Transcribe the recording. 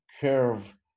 curve